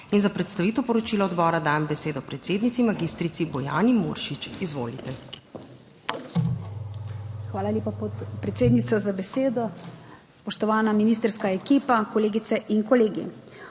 In za predstavitev poročila odbora dajem besedo predsednici magistrici Bojani Muršič, izvolite. MAG. BOJANA MURŠIČ (PS SD): Hvala lepa, predsednica za besedo, spoštovana ministrska ekipa, kolegice in kolegi.